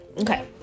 Okay